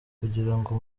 kugirango